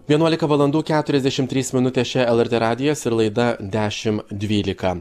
vienuolika valandų keturiasdešimt trys minutės čia lrt radijas ir laida dešimt dvylika